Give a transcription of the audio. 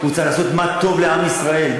הוא צריך לעשות מה שטוב לעם ישראל,